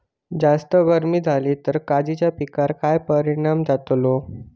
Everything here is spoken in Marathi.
जास्त गर्मी जाली तर काजीच्या पीकार काय परिणाम जतालो?